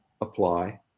apply